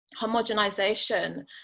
homogenization